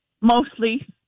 Mostly